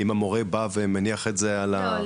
אם המורה בא ומניח את זה על ה- -- לא,